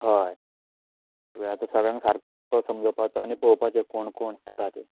हय सो आतां सगल्यांक सारके समजोवपाचें आनी पळोवपाचे कोण कोण येता ते